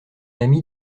ami